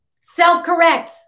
Self-correct